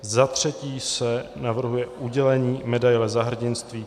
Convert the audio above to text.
Za třetí se navrhuje udělení medaile Za hrdinství